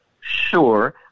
Sure